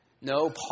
no